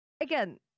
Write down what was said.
again